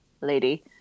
lady